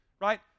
right